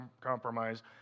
compromise